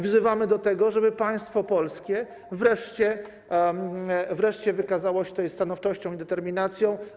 Wzywamy do tego, żeby państwo polskie wreszcie wykazało się tutaj stanowczością i determinacją.